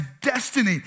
destiny